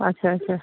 اچھا اچھا